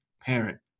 parent